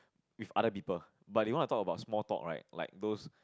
with other people but they won't talk about small talk right like those